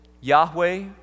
yahweh